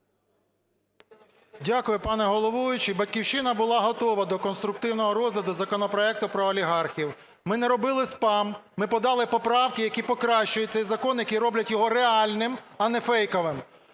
Дякую, пане головуючий. "Батьківщина" була готова до конструктивного розгляду законопроекту про олігархів. Ми не робили спам, ми подали поправки, які покращують цей закон, які роблять його реальним, а не фейковим.